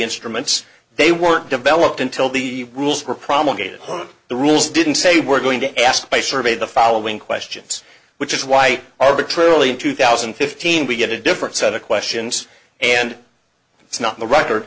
instruments they weren't developed until the rules were promulgated on the rules didn't say we're going to ask by survey the following questions which is why arbitrarily in two thousand and fifteen we get a different set of questions and it's not the record